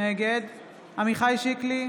נגד עמיחי שיקלי,